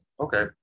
Okay